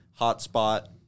hotspot